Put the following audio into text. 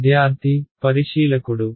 విద్యార్థి పరిశీలకుడు